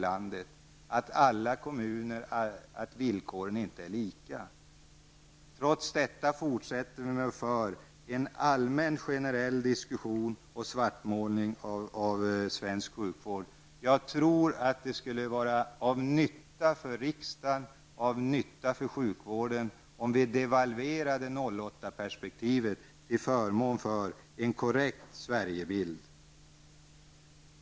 Villkoren var inte lika. Trots detta fortsätter man med en generell svartmålning av svensk sjukvård. Det skulle nog vara nyttigt för riksdagen och för sjukvården, om vi devalverade 08-perspektivet till förmån för en korrekt Sverigebild.